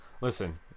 listen